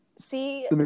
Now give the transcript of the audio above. See